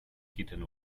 kitten